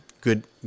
good